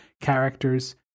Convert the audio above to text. characters